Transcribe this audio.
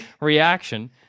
reaction